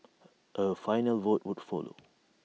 A final vote would follow